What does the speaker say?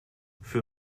für